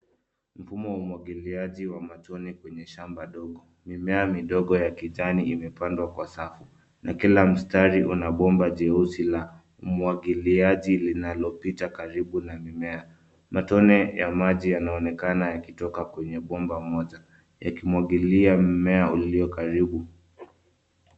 Mfumo wa umwagiliaji wa matone kwenye shamba dogo. Mimea midogo ya kijani imepandwa kwa safu na kila mstari una bomba jeusi la umwagiliaji linalopita karibu na mimea. Matone ya maji yanaonekana yakitoka kwenye bomba moja yakimwagilia mimea uliyokaribu.